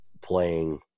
playing